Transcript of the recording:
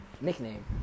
nickname